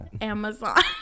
amazon